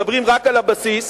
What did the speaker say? מדברים רק על הבסיס,